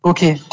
Okay